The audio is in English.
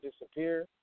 disappear